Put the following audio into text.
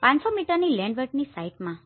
5૦૦ મીટરની લેન્ડવર્ડની સાઈટમાં